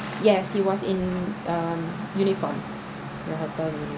yes he was in uniform your hotel uniform